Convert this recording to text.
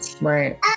right